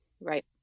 Right